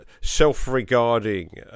self-regarding